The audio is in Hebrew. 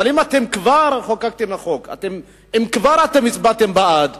אבל אם כבר חוקקתם חוק, אם כבר הצבעתם בעד,